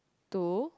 two